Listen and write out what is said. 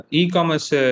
e-commerce